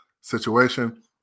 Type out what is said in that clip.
situation